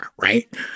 right